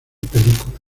películas